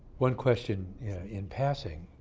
one question yeah in passing.